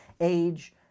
age